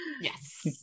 Yes